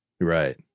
Right